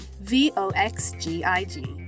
V-O-X-G-I-G